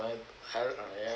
but I don't know ya